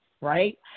right